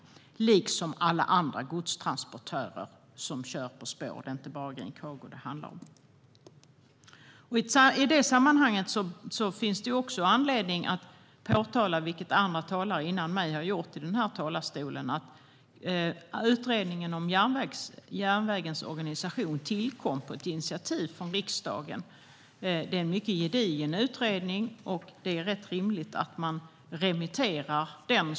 Det gäller även alla andra godstransportörer som kör på spår; det är inte bara Green Cargo det handlar om. I detta sammanhang finns det anledning att framhålla, vilket andra talare gjort före mig i den här talarstolen, att Utredningen om järnvägens organisation tillkom på initiativ av riksdagen. Det är en mycket gedigen utredning, och det är rätt rimligt att man remitterar den.